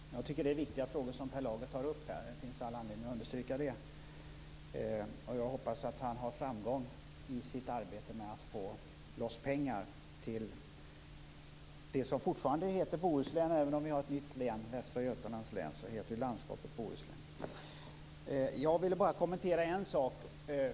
Fru talman! Jag tycker att det är viktiga frågor som Per Lager tar upp. Det finns all anledning att understryka det. Jag hoppas att han har framgång i sitt arbete med att få loss pengar till det som fortfarande heter Bohuslän. Vi har ett nytt län - Västra Götalands län - men landskapet heter Bohuslän. Jag vill bara kommentera en sak.